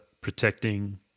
protecting